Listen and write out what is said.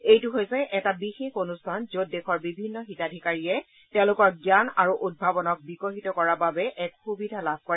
এইটো হৈছে এটা বিশেষ অনুষ্ঠান যত দেশৰ বিভিন্ন হিতাধীকাৰীয়ে তেওঁলোকৰ জান আৰু উদ্ভাৱনক বিকশিত কৰাৰ বাবে এক সুবিধা লাভ কৰে